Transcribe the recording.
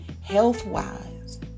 health-wise